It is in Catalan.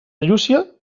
llúcia